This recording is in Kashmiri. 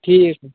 ٹھیٖک چھُ